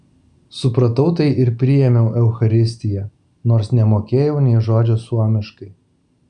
supratau tai ir priėmiau eucharistiją nors nemokėjau nė žodžio suomiškai